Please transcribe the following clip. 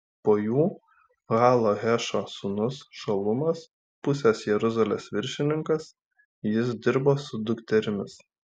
po jų ha lohešo sūnus šalumas pusės jeruzalės viršininkas jis dirbo su dukterimis